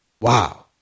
Wow